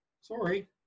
Sorry